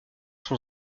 son